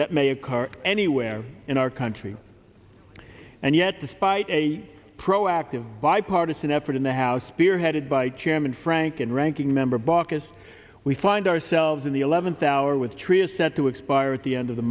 that may occur anywhere in our country and yet despite a proactive bipartisan effort in the house spearheaded by chairman frank and ranking member baucus we find ourselves in the eleventh hour with trio set to expire at the end of the